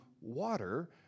water